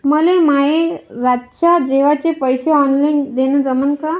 मले माये रातच्या जेवाचे पैसे ऑनलाईन देणं जमन का?